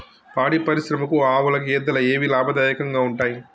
పాడి పరిశ్రమకు ఆవుల, గేదెల ఏవి లాభదాయకంగా ఉంటయ్?